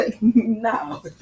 No